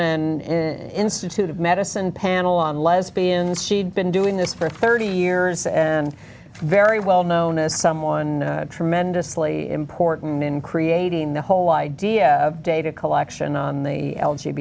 in institute of medicine panel on lesbians she'd been doing this for thirty years and very well known as someone tremendously important in creating the whole idea of data collection on the